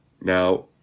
Now